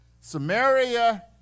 Samaria